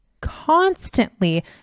constantly